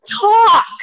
talk